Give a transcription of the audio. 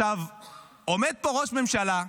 עומד פה ראש ממשלה,